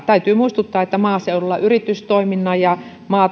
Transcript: täytyy muistuttaa että maaseudulla yritystoiminnan ja